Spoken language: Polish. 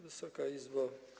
Wysoka Izbo!